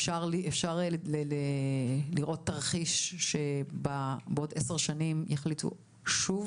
אפשר לראות תרחיש שבעוד עשר שנים יחליטו שוב